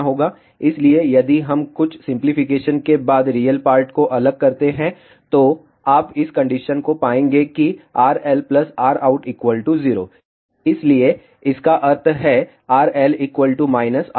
इसलिए यदि हम कुछ सिंपलीफिकेशन के बाद रियल पार्ट को अलग करते हैं तो आप इस कंडीशन को पाएंगे कि RL Rout 0 इसलिए इसका अर्थ है RL Rout